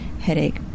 headache